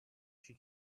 she